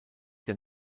der